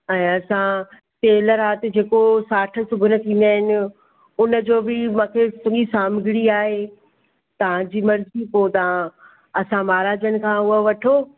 ऐं असां तेल राति जेको साठ सुगुन थींदा आहिनि उनजो बि मां खे सॼी सामग्री आहे तव्हां जी मर्ज़ी पोइ तव्हां असां महाराजनि खां उहा वठो